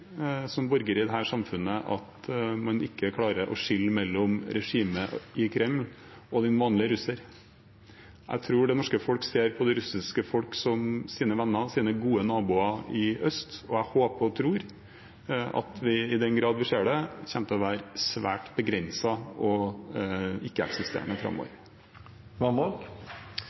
klarer å skille mellom regimet i Kreml og den vanlige russer. Jeg tror det norske folk ser på det russiske folk som sine venner, sine gode naboer i øst. Jeg håper og tror at i den grad vi ser det, kommer det til å være svært begrenset og ikke-eksisterende framover.